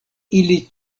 ili